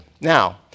Now